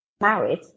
married